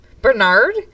Bernard